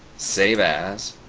save as,